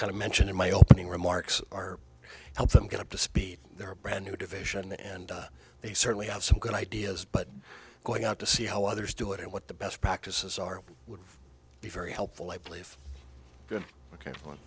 kind of mention in my opening remarks are help them get up to speed they're a brand new division and they certainly have some good ideas but going out to see how others do it and what the best practices are would be very helpful i believe ok